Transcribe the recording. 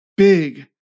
Big